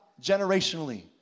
generationally